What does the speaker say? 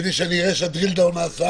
כדי שאני אראה שה-drill down נעשה